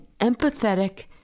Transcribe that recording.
empathetic